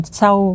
sau